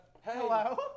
Hello